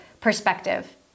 perspective